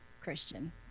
Christian